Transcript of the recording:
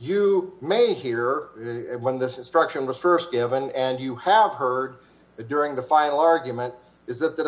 you may hear when this instruction was st given and you have heard it during the final argument is that th